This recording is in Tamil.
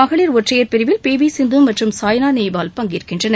மகளிர் ஒற்றையர் பிரிவில் பி வி சிந்து மற்றும் சாய்னா நேவால் பங்கேற்கின்றனர்